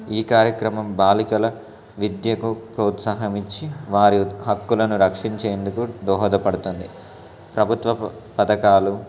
ఈ కార్యక్రమం బాలికల విద్యకు ప్రోత్సాహం ఇచ్చి వారి హక్కులను రక్షించేందుకు దోహోదపడుతుంది ప్రభుత్వ పథకాలు